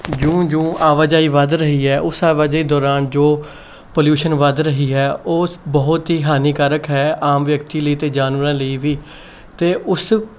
ਜਿਉਂ ਜਿਉਂ ਆਵਾਜਾਈ ਵੱਧ ਰਹੀ ਹੈ ਉਸ ਆਵਾਜਾਈ ਦੌਰਾਨ ਜੋ ਪੋਲਿਊਸ਼ਨ ਵੱਧ ਰਹੀ ਹੈ ਓਹ ਬਹੁਤ ਹੀ ਹਾਨੀਕਾਰਕ ਹੈ ਆਮ ਵਿਅਕਤੀ ਲਈ ਅਤੇ ਜਾਨਵਰਾਂ ਲਈ ਵੀ ਅਤੇ ਉਸ